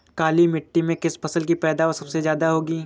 काली मिट्टी में किस फसल की पैदावार सबसे ज्यादा होगी?